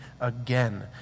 again